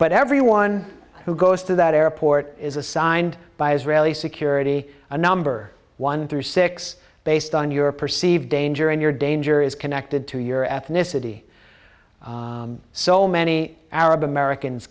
but everyone who goes through that airport is assigned by israeli security number one through six based on your perceived danger and your danger is connected to your ethnicity so many arab americans